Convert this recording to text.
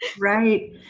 right